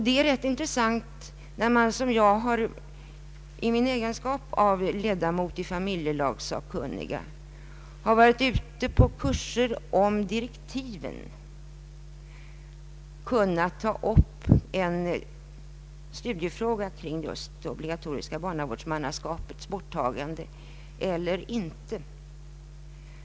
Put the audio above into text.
Det är rätt intressant när man som jag i min egenskap av ledamot i familjelagssakkunniga varit ute på kurser om direktiven kunnat ta upp en studiefråga omkring just det obligatoriska barnavårdsmannaskapets borttagande eller inte.